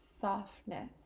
softness